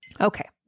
Okay